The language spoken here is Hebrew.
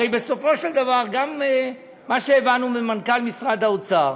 הרי בסופו של דבר, גם מה שהבנו ממנכ"ל משרד האוצר